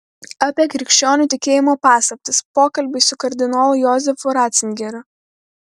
apie krikščionių tikėjimo paslaptis pokalbiai su kardinolu jozefu racingeriu